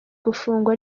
gufungwa